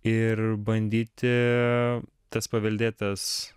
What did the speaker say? ir bandyti tas paveldėtas